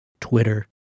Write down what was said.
Twitter